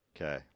Okay